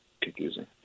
Confusing